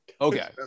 Okay